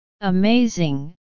Amazing